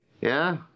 Yeah